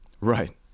right